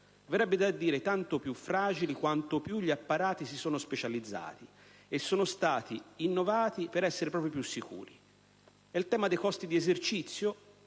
verrebbe da dire, tanto più fragili quanto più gli apparati si sono specializzati e sono stati innovati per essere più sicuri. Inoltre, il tema dei costi di esercizio